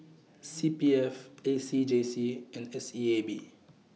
C P F A C J C and S E A B